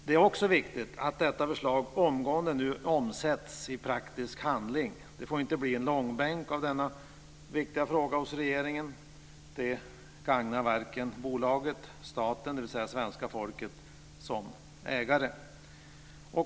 Det är också viktigt att detta förslag omgående omsätts i praktiskt handling. Denna viktiga fråga får inte dras i långbänk hos regeringen. Det gagnar varken bolaget eller staten - dvs. svenska folket - som ägare.